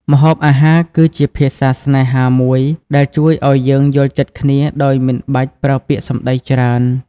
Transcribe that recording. ម្ហូបអាហារគឺជាភាសាស្នេហាមួយដែលជួយឱ្យយើងយល់ចិត្តគ្នាដោយមិនបាច់ប្រើពាក្យសម្តីច្រើន។